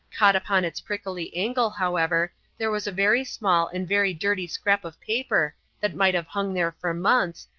caught upon its prickly angle, however, there was a very small and very dirty scrap of paper that might have hung there for months,